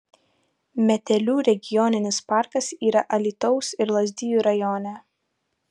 metelių regioninis parkas yra alytaus ir lazdijų rajone